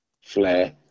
flair